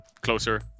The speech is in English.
closer